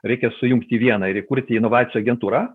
reikia sujungt į vieną ir įkurti inovacijų agentūrą